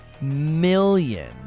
million